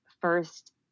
first